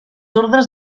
ordres